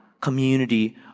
community